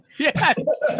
Yes